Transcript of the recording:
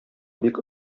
бик